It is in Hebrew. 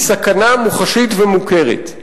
היא סכנה מוחשית ומוכרת.